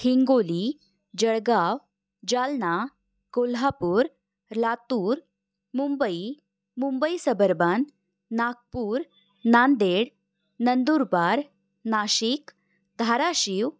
Hingoli Jalgaon Jalna Kolhapur Latur Mumbai Mumbai suburban Nagpur Nanded Nandurbar Nashik Dharashiv